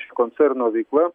ši koncerno veikla